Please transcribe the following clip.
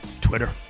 Twitter